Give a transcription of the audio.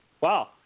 Wow